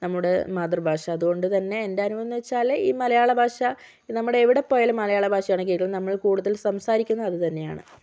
നമ്മുടെ മാതൃഭാഷ അത് കൊണ്ട് തന്നെ എൻ്റെ അനുഭവം എന്ന് വച്ചാല് ഈ മലയാള ഭാഷ നമ്മുടെ എവിടെ പോയാലും മലയാള ഭാഷ ആണ് നമ്മൾ കൂടുതൽ സംസാരിക്കുന്നതും അത് തന്നെയാണ്